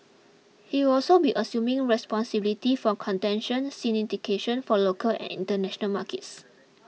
he will also be assuming responsibility for contention syndication for local and international markets